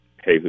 hey